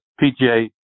PGA